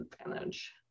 advantage